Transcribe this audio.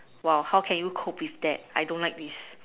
!wow! how can you cope with that I don't like this